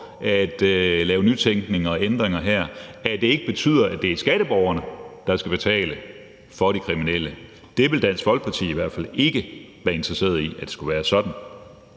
at lave nytænkning og ændringer her, at det ikke betyder, at det er skatteborgerne, der skal betale for de kriminelle. Dansk Folkeparti vil i hvert fald ikke være interesseret i, at det skulle være sådan.